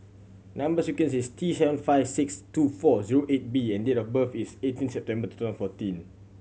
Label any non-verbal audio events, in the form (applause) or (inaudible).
number sequence is T seven five six two four zero eight B and date of birth is eighteen September (unintelligible) fourteen